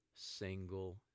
single